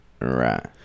Right